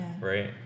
right